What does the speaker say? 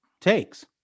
takes